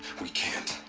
we can't.